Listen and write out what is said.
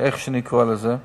איך שאני קורא לזה,